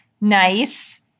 nice